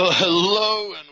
Hello